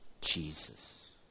Jesus